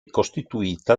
costituita